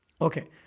okay